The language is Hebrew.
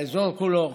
באזור כולו.